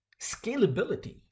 Scalability